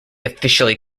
officially